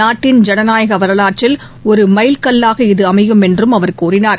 நாட்டின் ஜனநாயக வரவாற்றில் ஒரு மைல் கல்வாக இது அமையும் என்றும் அவர் கூறினார்